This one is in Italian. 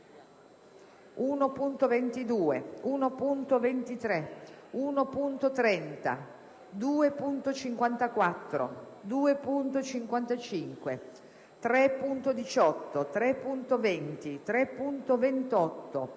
1.22, 1.23, 1.30, 2.54, 2.55, 3.18, 3.20, 3.28, 3.0.7,